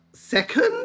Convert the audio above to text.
Second